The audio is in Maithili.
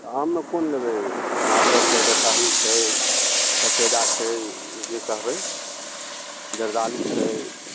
तऽ आममे कोन लेबै मालदह छै दसहरी छै सफेदा छै जे कहबै जरदालु छै